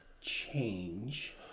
change